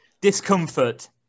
Discomfort